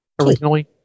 originally